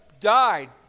died